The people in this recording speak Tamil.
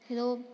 ஏதோ